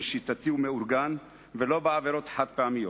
שיטתי ומאורגן ולא בעבירות חד-פעמיות.